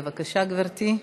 בבקשה, גברתי,